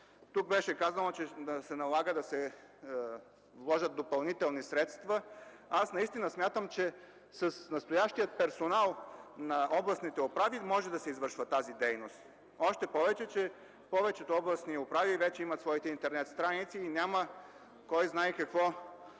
Тук беше казано, че се налага да се вложат допълнителни средства. Аз наистина смятам, че с настоящия персонал на областните управи може да се извършва тази дейност, още повече че повечето областни управи вече имат своите интернет страници и няма кой знае какво